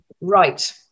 Right